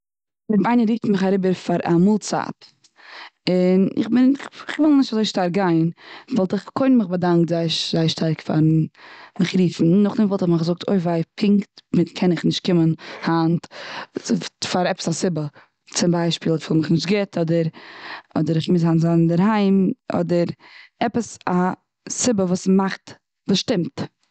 אויב איינער רופט מיך אריבער פאר א מאלצייט. און איך וויל נישט אזוי שטארק גיין. וואלט מיך קודם באדאנקט זייער ש- זייער שטארק פארן מיך רופן. נאך דעם וואלט איך מיך געזאגט אוי וויי פונקט קען איך נישט קומען היינט פאר עפעס א סיבה. צום ביישפיל איך פיל מיך נישט גוט. אדער כ'מוז היינט זיין אינדערהיים. אדער עפעס א סיבה וואס מאכט וואס שטומט.